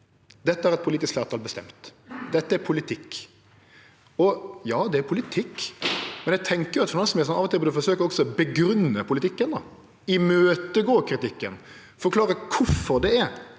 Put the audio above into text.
dette har eit politisk fleirtal bestemt, dette er politikk. Ja, det er politikk, men eg tenkjer at finansministeren av og til burde forsøkje å grunngje politikken, imøtegå kritikken, forklare kvifor det er